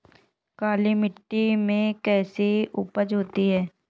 काली मिट्टी में कैसी उपज होती है?